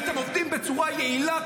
אתם לא יודעים כמה שרים ושרות יש לכם בממשלה.